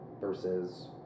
versus